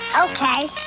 Okay